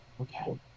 Okay